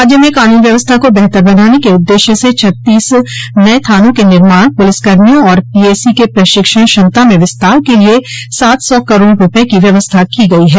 राज्य में कानून व्यवस्था को बेहतर बनाने के उददेश्य से छत्तीस नये थानों के निर्माण प्रलिसकर्मियों और पीएसी के प्रशिक्षण क्षमता में विस्तार के लिये सात सौ करोड़ रूपये की व्यवस्था की गई है